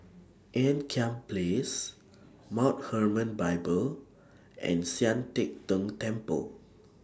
Ean Kiam Place Mount Hermon Bible and Sian Teck Tng Temple